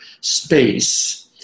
space